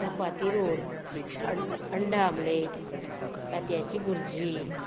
चपाती roll अंड अंडा omelette तांतयांची भुरजी